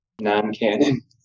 non-canon